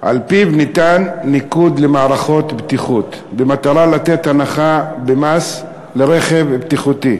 שעל-פיו ניתן ניקוד למערכות בטיחות במטרה לתת הנחה במס על רכב בטיחותי.